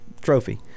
trophy